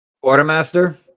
Quartermaster